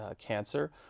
cancer